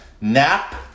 Nap